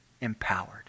empowered